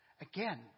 Again